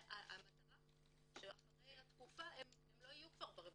המטרה היא שאחרי התקופה הם לא יהיו ברווחה.